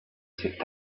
sit